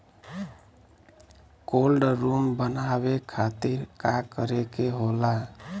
Cold room बनावे खातिर का करे के होला?